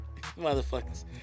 motherfuckers